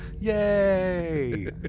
Yay